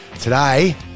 today